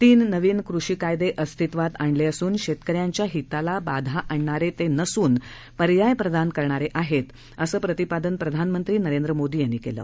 तीननवीनकृषी कायदेअस्तित्वातआणले असून शेतकऱ्यांच्या हिताला बाधा आणणारे नसून पर्याय प्रदान करणारे आहेत असंप्रतिपादनप्रधानमंत्रीनरेंद्रमोदीयांनीकेलं